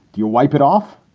you wipe it off.